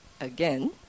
again